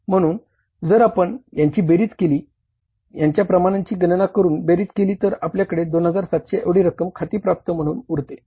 म्हणून जर आपण यांची बेरीज केली यांच्या प्रमाणांची गणना करून बेरीज केली तर आपल्याकडे 2700 एवढी रक्कम खाती प्राप्त म्हणून उरते